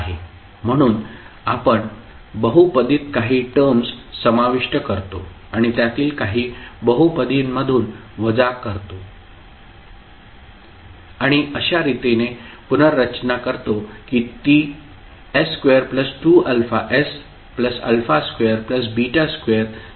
म्हणून आपण बहुपदीत काही टर्म्स समाविष्ट करतो आणि त्यातील काही बहुपदीमधुन वजा करतो आणि अशा रीतीने पुनर्रचना करतो की ती s22αs22 सारखी दिसतात